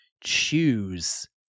choose